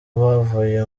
bavuye